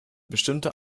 bestimmte